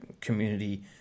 community